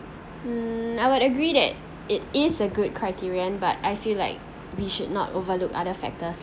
mm I would agree that it is a good criterion but I feel like we should not overlook other factors